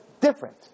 different